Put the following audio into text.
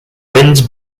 winds